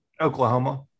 oklahoma